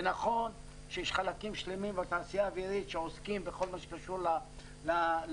ונכון שיש חלקים בתעשייה האווירית שעוסקים בכל מה שקשור לתקופה,